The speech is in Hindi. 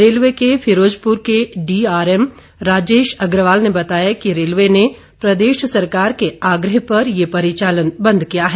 रेलवे के फिरोजपुर के डीआरएम राजेश अग्रवाल ने बताया कि रेलवे ने प्रदेश सरकार के आग्रह पर ये परिचालन बंद किया है